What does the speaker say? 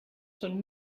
schon